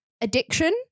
addiction